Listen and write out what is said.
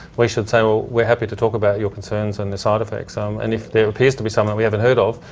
we should say, so we're happy to talk about your concerns and side effects um and if there appears to be some and we haven't heard of,